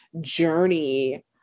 journey